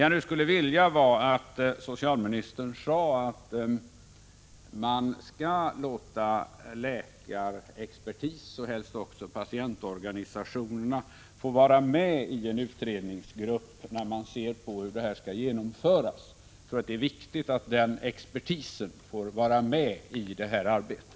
Jag skulle nu vilja att socialministern sade att man skall låta läkarexpertis och helst också patientorganisationerna få vara med i en utredningsgrupp, när man ser på hur detta skall genomföras. Det är viktigt att den expertisen får vara med i detta arbete.